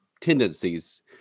tendencies